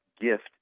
gift